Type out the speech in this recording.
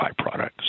byproducts